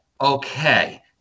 okay